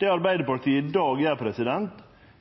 Det Arbeidarpartiet i dag nok ein gong gjer,